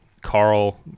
carl